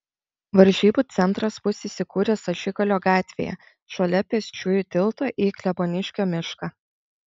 varžybų centras bus įsikūręs ašigalio gatvėje šalia pėsčiųjų tilto į kleboniškio mišką